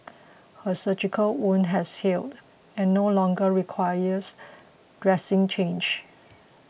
her surgical wound has healed and no longer requires dressing change